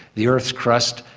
the earth's crust,